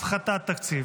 הפחתת תקציב.